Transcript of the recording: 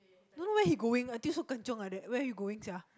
don't know where he going until so gan chiong like that where he going sia